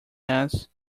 ass